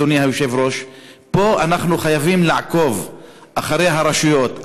אדוני היושב-ראש: פה אנחנו חייבים לעקוב אחרי הרשויות,